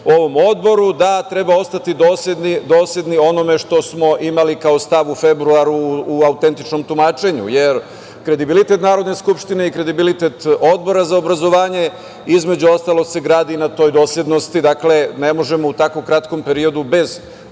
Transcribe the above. u ovom odboru, da treba ostati dosledni onome što smo imali kao stav u februaru, u autentičnom tumačenju. Kredibilitet Narodne skupštine i kredibilitet Odbora za obrazovanje između ostalog se gradi i na toj doslednosti. Dakle, ne možemo u tako kratkom periodu bez